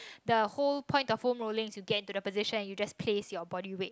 the whole point of foam rolling you get into the position you just place your body weight